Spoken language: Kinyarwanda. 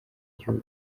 gihugu